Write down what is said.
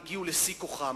הגיעו לשיא כוחן.